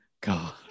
God